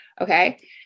Okay